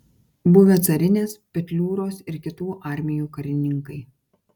buvę carinės petliūros ir kitų armijų karininkai